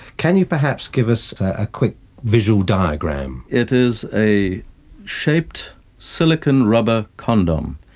can you perhaps give us a quick visual diagram? it is a shaped silicon rubber condom.